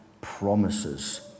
promises